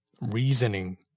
Reasoning